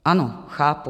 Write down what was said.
Ano, chápu.